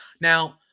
Now